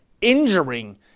injuring